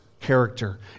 character